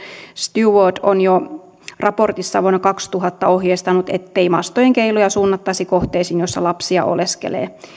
stewart on jo raportissaan vuonna kaksituhatta ohjeistanut ettei mastojen keiloja suunnattaisi kohteisiin joissa lapsia oleskelee